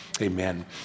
amen